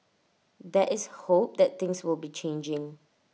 there is hope that things will be changing